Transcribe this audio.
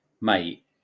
mate